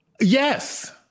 Yes